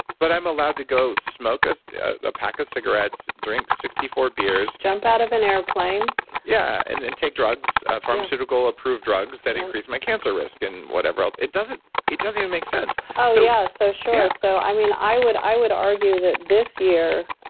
but i'm allowed to go smoke a ah pack of cigarettes, drink sixty four beers jump out of an airplane yeah and and take drugs, pharmaceutical approved drugs that increase my cancer risk and whatever else. it doesn't it doesn't even make sense oh yeah, so sure. so i mean, i would i would argue that this year,